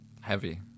Heavy